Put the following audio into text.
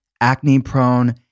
acne-prone